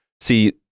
See